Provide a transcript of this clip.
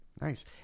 Nice